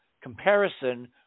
comparison